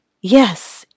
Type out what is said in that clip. yes